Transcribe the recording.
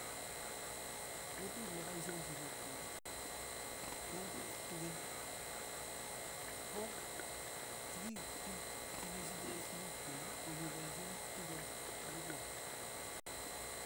Kutit neoaishen sikik chuk ko tugen, ko sikik chiki chikisiche sikiik chuk kokipaishen tugen akichek.